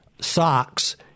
socks